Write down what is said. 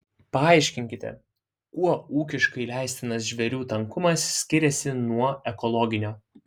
paaiškinkite kuo ūkiškai leistinas žvėrių tankumas skiriasi nuo ekologinio